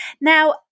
Now